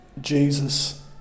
Jesus